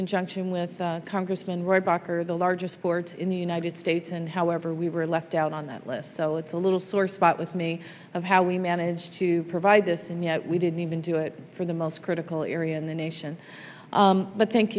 conjunction with congressman rohrabacher the largest ports in the united states and however we were left out on that list so it's a little sore spot with me of how we managed to provide this and yet we didn't even do it for the most critical area in the nation but thank